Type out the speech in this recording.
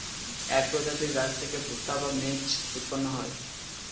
এক প্রজাতির গাছ থেকে ভুট্টা বা মেজ উৎপন্ন হয়